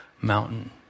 mountain